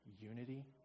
unity